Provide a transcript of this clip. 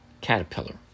Caterpillar